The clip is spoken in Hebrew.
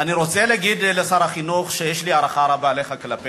אני רוצה להגיד לשר החינוך, שיש לי הערכה כלפיך,